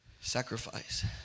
sacrifice